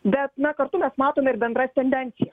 bet na kartu mes matome ir bendras tendencijas